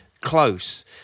close